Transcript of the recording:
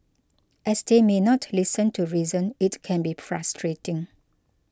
as they may not listen to reason it can be frustrating